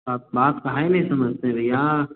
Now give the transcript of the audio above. आप बात काहे नय समझते भैया